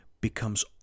becomes